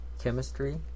chemistry